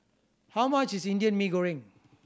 how much is Indian Mee Goreng